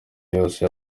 yose